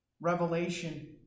Revelation